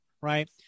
right